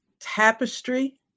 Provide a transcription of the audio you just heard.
tapestry